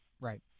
Right